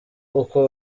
uko